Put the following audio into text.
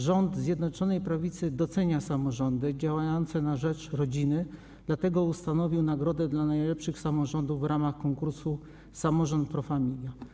Rząd Zjednoczonej Prawicy docenia samorządy działające na rzecz rodziny, dlatego ustanowił nagrodę dla najlepszych samorządów w ramach konkursu Samorząd Pro Familia.